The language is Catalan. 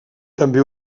també